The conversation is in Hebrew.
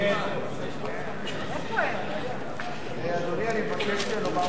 כהצעת הוועדה, נתקבלו.